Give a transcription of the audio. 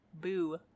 boo